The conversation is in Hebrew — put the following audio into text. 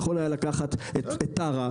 יכול היה לקחת את טרה,